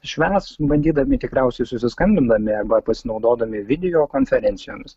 švęs bandydami tikriausiai susiskambindami arba pasinaudodami video konferencijomis